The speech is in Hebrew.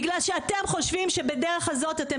בגלל שאתם חושבים שבדרך הזאת אתם